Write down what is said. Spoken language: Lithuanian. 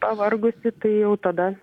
pavargusi tai jau tada